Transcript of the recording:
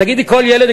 תשאלי כל ילד,